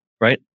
right